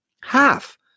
Half